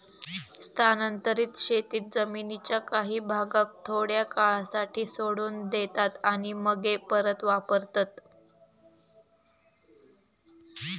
स्थानांतरीत शेतीत जमीनीच्या काही भागाक थोड्या काळासाठी सोडून देतात आणि मगे परत वापरतत